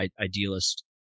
idealist